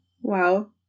Wow